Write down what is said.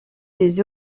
des